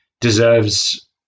deserves